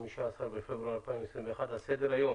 15 בפברואר 2021. על סדר היום: